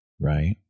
right